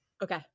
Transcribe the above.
Okay